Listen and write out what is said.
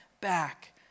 back